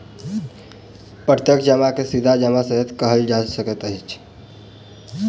प्रत्यक्ष जमा के सीधा जमा सेहो कहल जा सकैत अछि